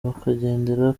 bakagendera